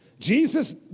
Jesus